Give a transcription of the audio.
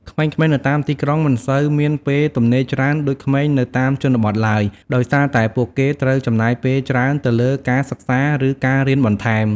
ក្មេងៗនៅតាមទីក្រុងមិនសូវមានពេលទំនេរច្រើនដូចក្មេងនៅតាមជនបទឡើយ ដោយសារតែពួកគេត្រូវចំណាយពេលច្រើនទៅលើការសិក្សាឬការរៀនបន្ថែម។